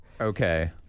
Okay